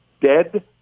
dead